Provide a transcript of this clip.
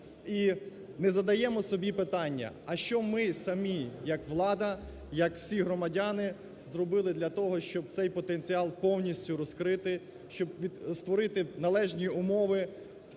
і не задаємо собі питання: а, що ми самі як влада, як всі громадяни зробили для того, щоб цей потенціал повністю розкрити, щоб створити належні умови